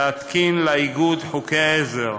להתקין לאיגוד חוקי עזר.